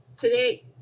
today